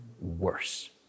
worse